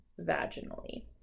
vaginally